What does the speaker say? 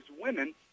women